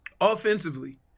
offensively